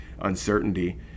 uncertainty